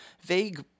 vague